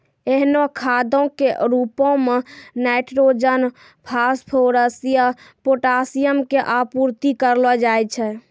एहनो खादो के रुपो मे नाइट्रोजन, फास्फोरस या पोटाशियम के आपूर्ति करलो जाय छै